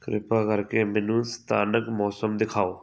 ਕਿਰਪਾ ਕਰਕੇ ਮੈਨੂੰ ਸਥਾਨਕ ਮੌਸਮ ਦਿਖਾਓ